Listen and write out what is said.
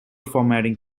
formatting